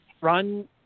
Run